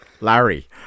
Larry